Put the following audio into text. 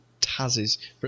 Taz's